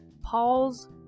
Paul's